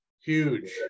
Huge